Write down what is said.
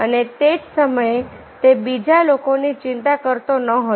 અને તે જ સમયે તે બીજા લોકોની ચિંતા કરતો ન હતો